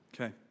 Okay